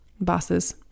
bosses